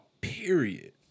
period